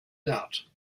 doubt